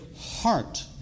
heart